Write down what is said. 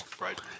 Right